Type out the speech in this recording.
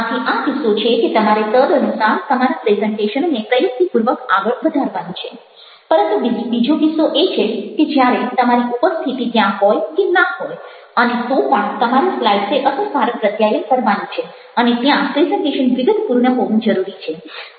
આથી આ કિસ્સો છે કે તમારે તદનુસાર તમારા પ્રેઝન્ટેશનને પ્રયુક્તિપૂર્વક આગળ વધારવાનું છે પરંતુ બીજો કિસ્સો એ છે કે જ્યારે તમારી ઉપસ્થિતિ ત્યાં હોય કે ના હોય અને તો પણ તમારી સ્લાઈડ્સે અસરકારક પ્રત્યાયન કરવાનું છે અને ત્યાં પ્રેઝન્ટેશન વિગતપૂર્ણ હોવું જોઈએ